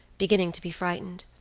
beginning to be frightened.